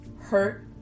hurt